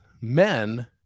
Men